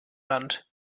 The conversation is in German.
land